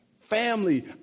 Family